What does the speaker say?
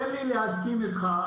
תן לי להסכים אותך.